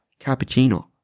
cappuccino